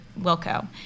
Wilco